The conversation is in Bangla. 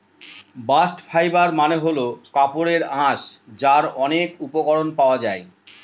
বাস্ট ফাইবার মানে হল কাপড়ের আঁশ যার অনেক উপকরণ পাওয়া যায়